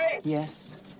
yes